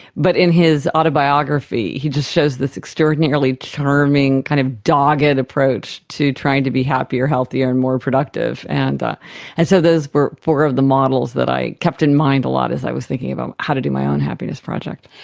but in his autobiography he just shows this extraordinarily charming, kind of dogged and approach to trying to be happier, healthier and more productive. and and so those were four of the models that i kept in mind a lot as i was thinking about how to do my own happiness project.